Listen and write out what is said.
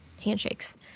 handshakes